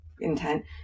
intent